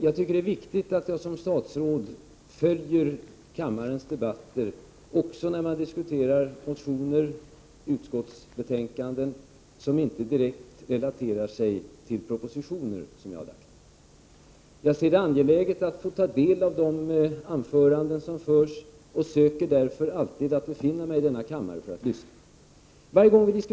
Jag tycker att det är viktigt att jag som statsråd följer kammarens debatter, också när man diskuterar motioner och utskottsbetänkanden som inte är direkt relaterade till propositioner som jag har lagt fram. Jag ser det som angeläget att ta del av de anföranden som hålls och söker därför alltid att befinna mig i denna kammare för att lyssna vid dessa tillfällen.